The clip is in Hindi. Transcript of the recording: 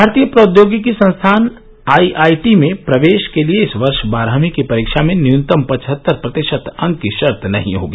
भारतीय प्रौद्योगिकी संस्थान आईआईटी में प्रवेश के लिये इस वर्ष बारहवीं की परीक्षा में न्यूनतम पचहत्तर प्रतिशत अंक की शर्त नहीं होगी